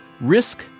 Risk